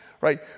right